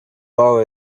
far